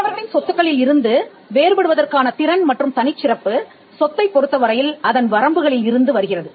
மற்றவர்களின் சொத்துக்களில் இருந்து வேறு படுவதற்கான திறன் மற்றும் தனிச்சிறப்பு சொத்தைப் பொருத்தவரையில் அதன் வரம்புகளில் இருந்து வருகிறது